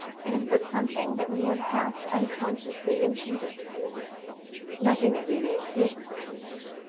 it is but something that we have half unconsciously imputed to music nothing that really exists in music.